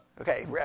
Okay